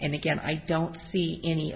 and again i don't see any